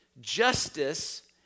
Justice